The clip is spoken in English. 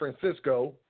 Francisco